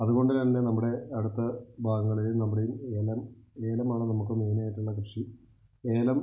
അതുകൊണ്ട് തന്നെ നമ്മുടെ അടുത്ത് ഭാഗങ്ങളിൽ നമ്മുടെ ഇ ഏലം ഏലമാണ് നമുക്ക് മെയിനായിട്ടുള്ള കൃഷി ഏലം